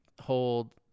hold